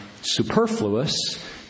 superfluous